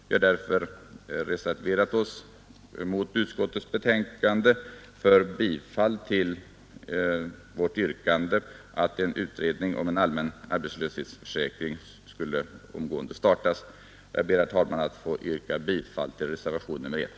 Vi har därför reserverat oss mot utskottets förslag och för bifall till vårt yrkande om att en utredning om en allmän arbetslöshetsförsäkring skulle omgående startas. Jag ber, ett talman, att få yrka bifall till reservationen 1.